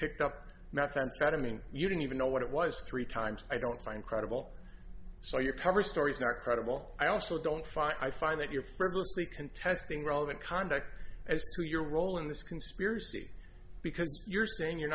picked up methamphetamine you didn't even know what it was three times i don't find credible so your cover story is not credible i also don't find i find that your frivolously contesting relevant conduct as to your role in this conspiracy because you're saying you're